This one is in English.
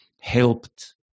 helped